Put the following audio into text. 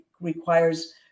requires